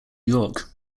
york